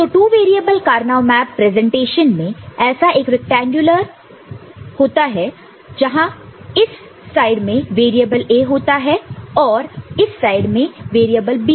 तो two variable Karnaugh map presentation में ऐसा एक रैक्टेंगुलर पर होता है जहां इस साइड में वेरिएबल A होता है और इस साइड में वेरिएबल B